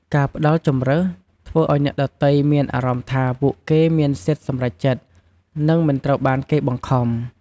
ការផ្តល់ជម្រើស ធ្វើឲ្យអ្នកដទៃមានអារម្មណ៍ថាពួកគេមានសិទ្ធិសម្រេចចិត្ត និងមិនត្រូវបានគេបង្ខំ។